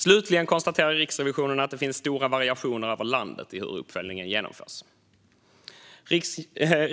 Slutligen konstaterar Riksrevisionen att det finns stora variationer över landet i hur uppföljningen genomförs.